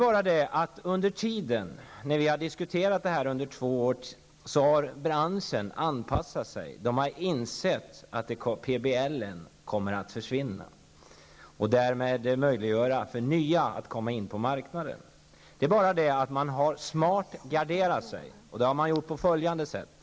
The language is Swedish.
Men medan vi har diskuterat detta i två år har branschen anpassat sig. Man har insett att PBL kommer att försvinna och därmed möjliggöra för nya att komma in på marknaden. Men inom branschen har man garderat sig smart, på följande sätt.